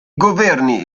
governi